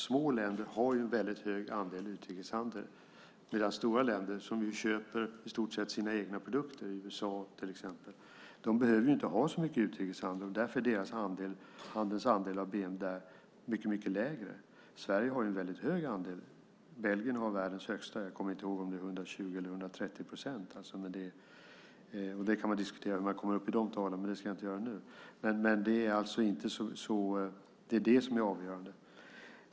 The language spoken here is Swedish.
Små länder har en väldigt hög andel utrikeshandel medan stora länder som i stort sett köper sina egna produkter, som USA till exempel, inte behöver ha så mycket utrikeshandel. Därför är deras andel av bnp mycket lägre. Sverige har en väldigt hög andel. Belgien har världens högsta. Jag kommer inte ihåg om det är 120 eller 130 procent. Man kan ju diskutera hur man kommer upp i de talen, men det ska jag inte göra nu. Det är det avgörande.